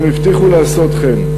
הם הבטיחו לעשות כן.